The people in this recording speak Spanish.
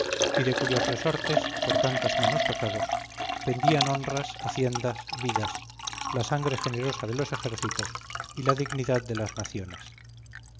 y de cuyos resortes por tantas manos tocados pendían honras haciendas vidas la sangre generosa de los ejércitos y la dignidad de las naciones